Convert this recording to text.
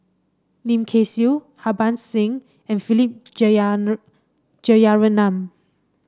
Lim Kay Siu Harbans Singh and Philip Jeyaretnam